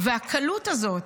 והקלות הזאת